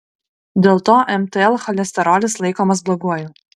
dėl to mtl cholesterolis laikomas bloguoju